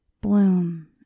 bloom